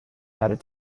added